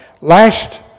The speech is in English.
last